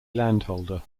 landholder